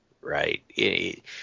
right